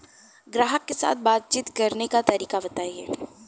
ग्राहक के साथ बातचीत करने का तरीका बताई?